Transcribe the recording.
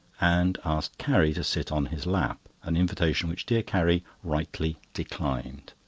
and asked carrie to sit on his lap, an invitation which dear carrie rightly declined.